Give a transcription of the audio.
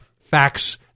facts